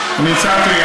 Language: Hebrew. מה?